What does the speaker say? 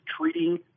treating